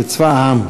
בצבא העם,